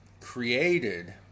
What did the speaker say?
created